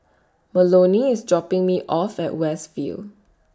Melonie IS dropping Me off At West View